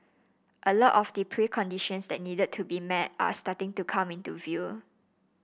a lot of the preconditions that needed to be met are starting to come into view